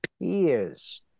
years